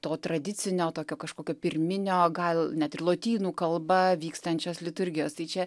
to tradicinio tokio kažkokio pirminio gal net ir lotynų kalba vykstančios liturgijos tai čia